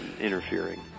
interfering